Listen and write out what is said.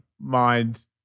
mind